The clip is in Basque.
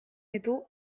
ditu